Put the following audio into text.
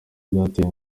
byateye